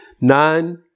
nine